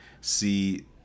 see